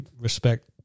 respect